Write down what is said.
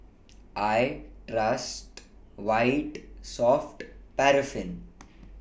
I Trust White Soft Paraffin